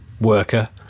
worker